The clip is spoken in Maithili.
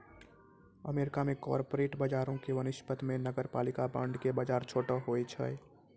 अमेरिका मे कॉर्पोरेट बजारो के वनिस्पत मे नगरपालिका बांड के बजार छोटो होय छै